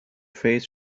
face